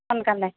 সোনকালে